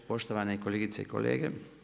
Poštovane kolegice i kolege.